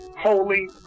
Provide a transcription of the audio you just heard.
holy